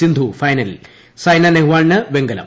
സിന്ധു ഫൈനലിൽ സൈന നെഹ്വാളിന് വെങ്കലം